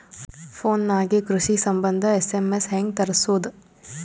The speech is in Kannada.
ಫೊನ್ ನಾಗೆ ಕೃಷಿ ಸಂಬಂಧ ಎಸ್.ಎಮ್.ಎಸ್ ಹೆಂಗ ತರಸೊದ?